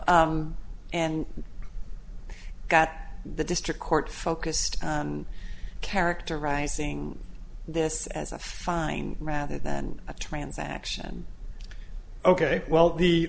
l and got the district court focused and characterizing this as a fine rather than a transaction ok well the